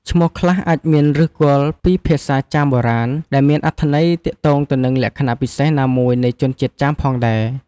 ឈ្មោះខ្លះអាចមានឫសគល់ពីភាសាចាមបុរាណ ដែលមានអត្ថន័យទាក់ទងទៅនឹងលក្ខណៈពិសេសណាមួយនៃជនជាតិចាមផងដែរ។